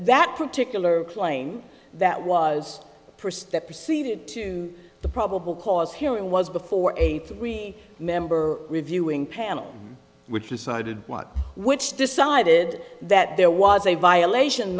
that particular claim that was for step proceeded to the probable cause hearing was before eight member reviewing panel which decided what which decided that there was a violation